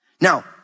Now